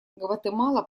гватемала